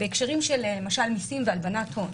בהקשרים למשל של מיסים והלבנת הון,